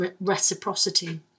reciprocity